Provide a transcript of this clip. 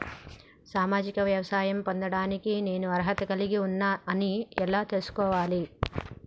సామాజిక సహాయం పొందడానికి నేను అర్హత కలిగి ఉన్న అని ఎలా తెలుసుకోవాలి?